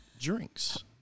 drinks